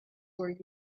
were